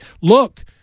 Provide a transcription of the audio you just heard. look